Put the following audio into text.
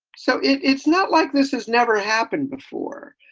so it's not like this has never happened before.